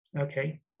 okay